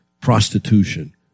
prostitution